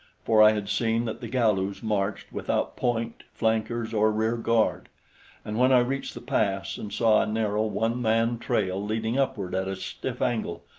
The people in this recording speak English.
for i had seen that the galus marched without point, flankers or rear guard and when i reached the pass and saw a narrow, one-man trail leading upward at a stiff angle,